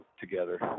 together